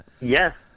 Yes